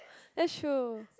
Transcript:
that's true